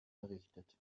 errichtet